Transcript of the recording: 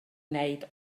wneud